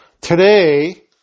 today